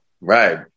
Right